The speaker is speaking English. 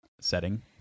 setting